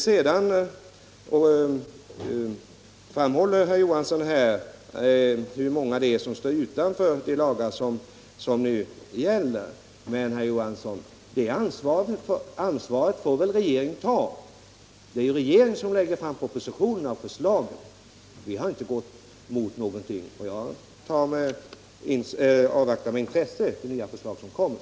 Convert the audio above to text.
Sedan framhåller herr Johansson att det är många som står utanför de lagar som nu gäller. Men, herr Johansson, det ansvaret får väl regeringen ta! Det är regeringen som lägger fram propositionerna. Vi har inte gått emot några sådana förslag, och jag avvaktar med intresse det nya förslag som kommer.